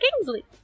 Kingsley